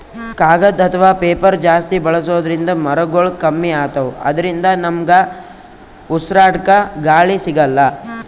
ಕಾಗದ್ ಅಥವಾ ಪೇಪರ್ ಜಾಸ್ತಿ ಬಳಸೋದ್ರಿಂದ್ ಮರಗೊಳ್ ಕಮ್ಮಿ ಅತವ್ ಅದ್ರಿನ್ದ ನಮ್ಗ್ ಉಸ್ರಾಡ್ಕ ಗಾಳಿ ಸಿಗಲ್ಲ್